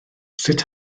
sut